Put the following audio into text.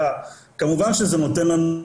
כמובן שיש בעיה של היעדר